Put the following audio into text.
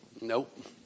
Nope